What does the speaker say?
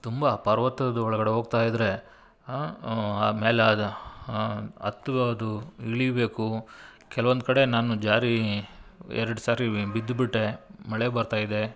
ತುಂಬ ಪರ್ವತದೊಳಗಡೆ ಹೋಗ್ತಾಯಿದ್ರೆ ಹಾಂ ಆಮೇಲೆ ಅದು ಹತ್ತುವುದು ಇಳಿಬೇಕು ಕೆಲ್ವೊಂದು ಕಡೆ ನಾನು ಜಾರಿ ಎರ್ಡು ಸಾರಿ ಬಿದ್ಬಿಟ್ಟೆ ಮಳೆ ಬರ್ತಾಯಿದೆ